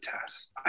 test